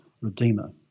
redeemer